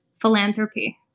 philanthropy